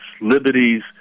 liberties